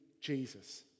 Jesus